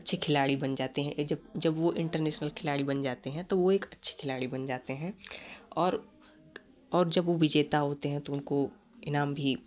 अच्छे खिलाड़ी बन जाते हैं जब जब वो इंटरनेशनल खिलाड़ी बन जाते हैं तो वो एक अच्छे खिलाड़ी बन जाते हैं और और जब वो विजेता होते हैं तो उनको इनाम भी